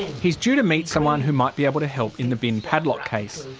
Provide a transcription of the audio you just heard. he's due to meet someone who might be able to help in the bin padlock case.